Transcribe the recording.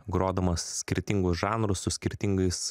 grodamas skirtingų žanrų su skirtingais